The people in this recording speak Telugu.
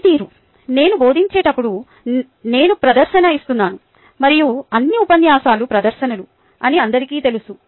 పనితీరు నేను బోధించేటప్పుడు నేను ప్రదర్శన ఇస్తున్నాను మరియు అన్ని ఉపన్యాసాలు ప్రదర్శనలు అని అందరికీ తెలుసు